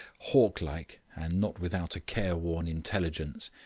hawk-like, and not without a careworn intelligence.